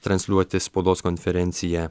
transliuoti spaudos konferenciją